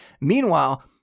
Meanwhile